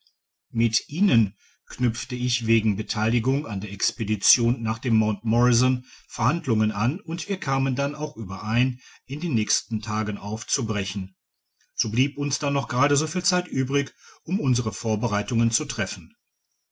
mit ihnen knüpfte ich wegen beteiligung an der expedition nach dem mt horsiastamm aus häuptling und den stammältesten morrison verhandhingen an und wir kamen dann auch überein in den nächsten tagen aufzubrechen so blieb uns dann noch gerade so viel zeit übrig um unsere vorbereitungen zu treffen